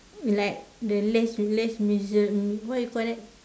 like the les les miser~ what you call that